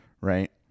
right